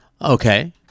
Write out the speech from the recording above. Okay